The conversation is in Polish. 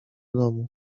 domu